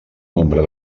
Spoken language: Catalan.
nombre